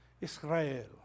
Israel